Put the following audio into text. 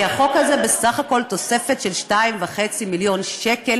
כי החוק הזה הוא בסך הכול תוספת של 2.5 מיליון שקל